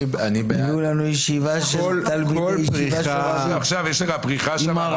הביאו לנו תלמידי ישיבה --- עכשיו יש לך פריחה שם.